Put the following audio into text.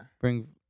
bring